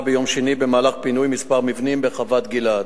ביום שני במהלך פינוי כמה מבנים בחוות-גלעד.